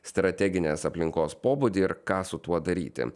strateginės aplinkos pobūdį ir ką su tuo daryti